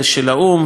והזכיר כאן,